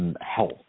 health